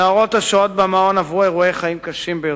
הנערות השוהות במעון עברו אירועי חיים קשים ביותר,